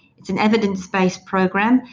it's an evidence-based program,